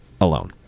alone